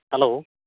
hello